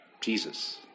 Jesus